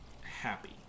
happy